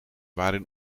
waren